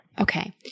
Okay